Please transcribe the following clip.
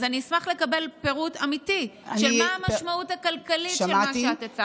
אז אני אשמח לקבל פירוט אמיתי של המשמעות הכלכלית של מה שהצגת כאן.